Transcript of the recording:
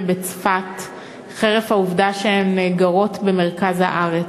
בצפת חרף העובדה שהן גרות במרכז הארץ.